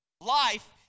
Life